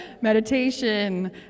meditation